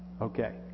Okay